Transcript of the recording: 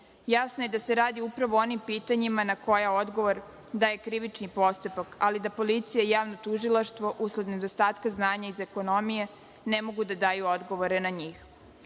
dela. Jasno je da se radi upravo o onim pitanjima na koja odgovor daje krivični postupak, ali da policija i javno tužilaštvo, usled nedostatka znanja iz ekonomije, ne mogu da odgovore na njih.